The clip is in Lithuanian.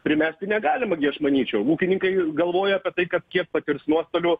primesti negalima gi aš manyčiau ūkininkai galvoja kad tai kad kiek patirs nuostolių